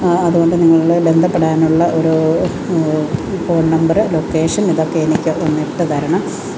അതുകൊണ്ട് നിങ്ങളെ ബന്ധപ്പെടാനുള്ള ഒരു ഫോ ഫോൺ നമ്പർ ലൊക്കേഷൻ ഇതൊക്കെ എനിക്കതൊന്നിട്ടുതരണം